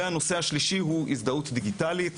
הנושא השלישי הוא הזדהות דיגיטלית.